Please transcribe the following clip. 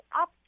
up